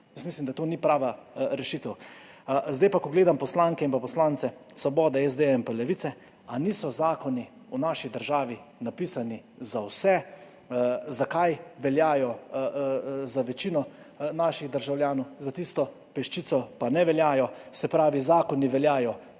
mislim, da to ni prava rešitev. Zdaj pa, ko gledam poslanke in poslance Svobode, SD in Levice, ali niso zakoni v naši državi napisani za vse? Zakaj veljajo za večino naših državljanov, za tisto peščico pa ne veljajo? Se pravi, zakoni veljajo